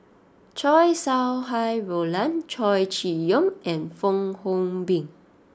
Chow Sau Hai Roland Chow Chee Yong and Fong Hoe Beng